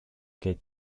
gate